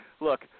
Look